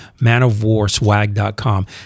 Manofwarswag.com